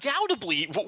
undoubtedly